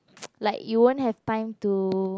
like you won't have time to